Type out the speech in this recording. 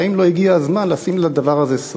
והאם לא הגיע הזמן לשים לדבר הזה סוף?